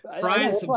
Brian